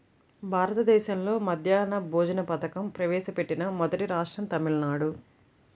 భారతదేశంలో మధ్యాహ్న భోజన పథకం ప్రవేశపెట్టిన మొదటి రాష్ట్రం తమిళనాడు